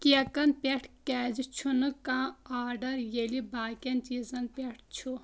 کیکن پٮ۪ٹھ کیٛازِ چھنہٕ کانٛہہ آرڈر ییٚلہِ باقٮ۪ن چیٖزن پٮ۪ٹھ چھ